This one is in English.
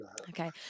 Okay